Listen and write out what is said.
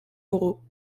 moreau